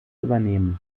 übernehmen